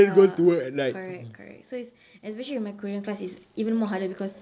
ya correct correct so it's especially with my korean class it's even more harder because